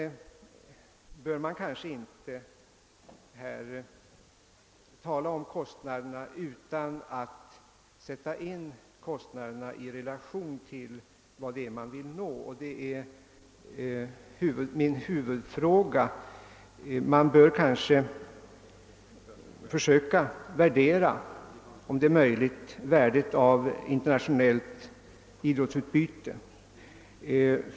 Man bör vidare kanske inte i detta sammanhang tala om kostnaderna utan att sätta in dessa i relation till vad det är man vill nå. Detta är för mig en huvudsynpunkt. Man bör om möjligt försöka uppskatta värdet av internationellt idrottsutbyte.